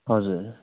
हजुर